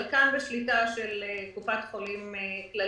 חלקן בשליטה של קופת חולים כללית,